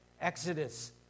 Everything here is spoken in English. Exodus